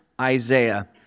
Isaiah